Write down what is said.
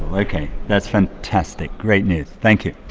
ok, that's fantastic. great news. thank you.